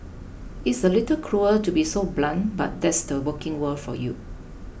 it's a little cruel to be so blunt but that's the working world for you